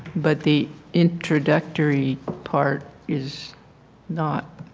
but the introductory part is not.